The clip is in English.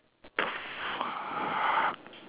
the fuck